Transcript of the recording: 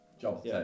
job